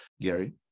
Gary